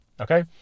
okay